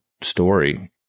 story